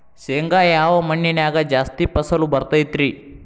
ಶೇಂಗಾ ಯಾವ ಮಣ್ಣಿನ್ಯಾಗ ಜಾಸ್ತಿ ಫಸಲು ಬರತೈತ್ರಿ?